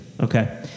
Okay